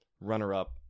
runner-up